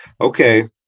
okay